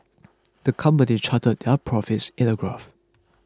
the company charted their profits in a graph